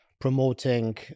promoting